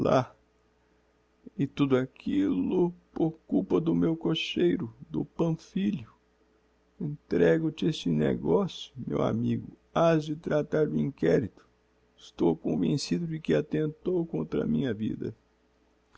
lá e tudo aquillo por culpa do meu cocheiro do pamphilio entrego te este negocio meu amigo has de tratar do inquerito estou convencido de que attentou contra a minha vida